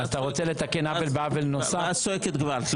ואז צועקת געוואלד.